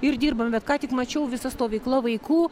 ir dirbam bet ką tik mačiau visa stovykla vaikų